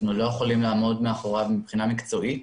אנחנו לא יכולים לעמוד מאחורי מבחינה מקצועית.